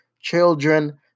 children